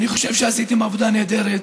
אני חושב שעשיתם עבודה נהדרת,